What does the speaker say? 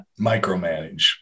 micromanage